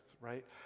right